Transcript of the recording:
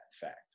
fact